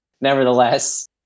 nevertheless